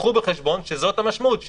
קחו בחשבון שזאת המשמעות,